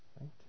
Right